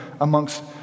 amongst